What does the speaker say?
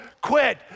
quit